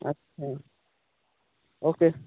ଆଛା ଓକେ